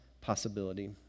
possibility